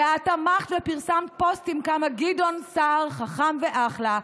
אלא את תמכת ופרסמת פוסטים כמה גדעון סער חכם ואחלה,